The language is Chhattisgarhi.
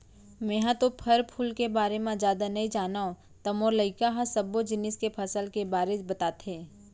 मेंहा तो फर फूल के बारे म जादा नइ जानव त मोर लइका ह सब्बो जिनिस के फसल के बारे बताथे